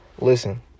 listen